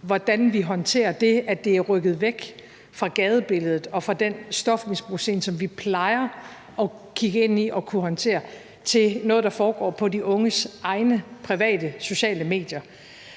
hvordan vi håndterer det, at det er rykket væk fra gadebilledet og fra den stofmisbrugsscene, som vi plejer at kigge ind i og kunne håndtere, til at være noget, der foregår på de unges egne private sociale medier.